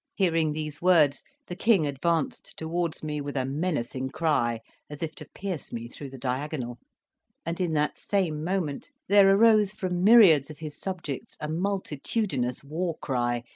hearing these words the king advanced towards me with a menacing cry as if to pierce me through the diagonal and in that same moment there arose from myriads of his subjects a multitudinous war-cry,